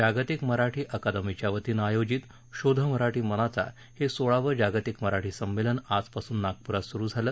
जागतिक मराठी अकादमीच्यावतीनं आयोजित शोध मराठी मनाचा हे सोळावं जागतिक मराठी सम्मेलन आजपासून नागपुरात सुरु झालं